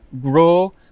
grow